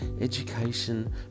education